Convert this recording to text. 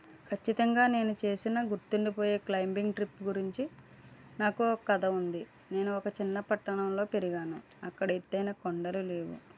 ఖచ్చితంగా నేను చేసినా గుర్తుండి పోయే క్లైంబింగ్ ట్రిప్పు గురించి నాకు ఒక కథ ఉంది నేను ఒక చిన్న పట్టణంలో పెరిగాను అక్కడ ఎతైన కొండలే లేవు